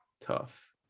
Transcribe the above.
Tough